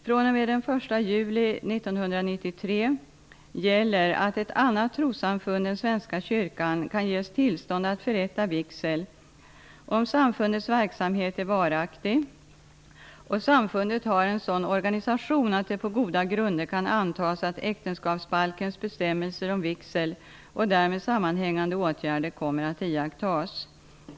fr.o.m. den 1 juli 1993 gäller att ett annat trossamfund än Svenska kyrkan kan ges tillstånd att förrätta vigsel, om samfundets verksamhet är varaktig och samfundet har en sådan organisation att det på goda grunder kan antas att äktenskapsbalkens bestämmelser om vigsel och därmed sammanhängande åtgärder kommer att iakttas.